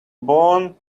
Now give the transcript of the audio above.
bone